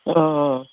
অঁ অঁ